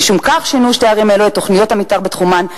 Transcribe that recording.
משום כך שינו שתי ערים אלה את תוכניות המיתאר בתחומן,